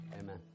Amen